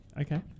Okay